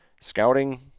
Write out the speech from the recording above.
scouting